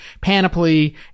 Panoply